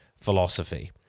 philosophy